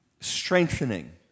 Strengthening